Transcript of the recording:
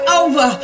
over